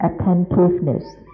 attentiveness